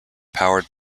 powered